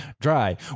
dry